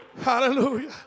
Hallelujah